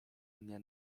mnie